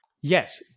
Yes